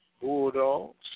Bulldogs